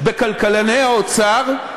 בכלכלני האוצר,